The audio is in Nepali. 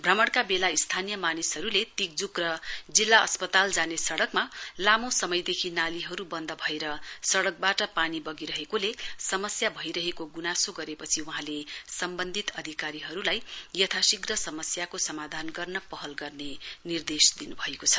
भ्रमणका बेला स्थानीय मानिसहरुले तिक्जुक र जिल्ला अस्पताल जाने सड़कमा लामो समयदेखि नालीहरु बन्द भएर सड़कबाट पानी वगिरहेकोले समस्या भइरहेको गुनासो गरेपछि वहाँले सम्बन्धित अधिकारीहरुलाई यताशीघ्र समस्याको समाधान गर्न पहल गर्ने निर्देश दिनुभएको छ